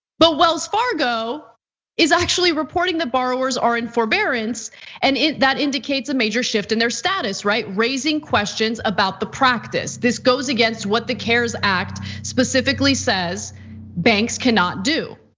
but wells fargo is actually reporting the borrower's are in forbearance and that indicates a major shift in their status, right? raising questions about the practice. this goes against what the cares act specifically says banks cannot do.